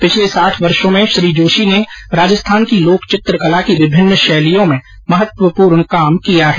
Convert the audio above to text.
पिछले साठ वर्षो में श्री जोशी ने राजस्थान की लोकचित्रकला की विभिन्न शैलियों में महत्वपूर्ण काम किया है